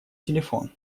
телефон